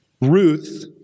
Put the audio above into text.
Ruth